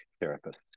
therapist